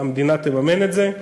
המדינה תממן את זה.